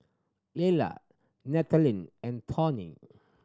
Lela Nathaniel and Torry